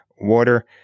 Water